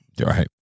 right